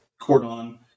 cordon